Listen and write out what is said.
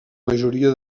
majoria